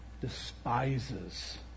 despises